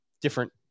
Different